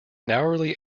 narrowly